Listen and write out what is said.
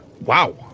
Wow